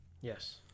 Yes